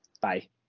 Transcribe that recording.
Bye